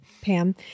Pam